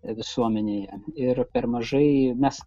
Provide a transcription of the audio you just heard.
visuomenėje ir per mažai mes